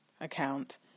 Account